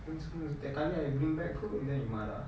in school setiap kali I bring back food then you marah